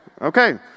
Okay